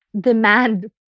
demand